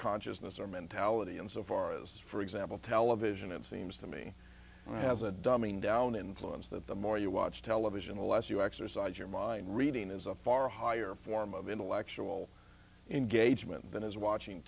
consciousness our mentality in so far as for example television it seems to me has a dumbing down influence that the more you watch television the less you exercise your mind reading is a far higher form of intellectual engagement than his watching